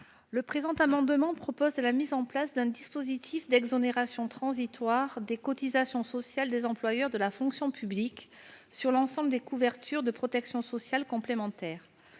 Le présent amendement propose la mise en place d'un dispositif d'exonération transitoire des cotisations sociales des employeurs de la fonction publique sur l'ensemble des couvertures de protection sociale complémentaire.